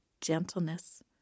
gentleness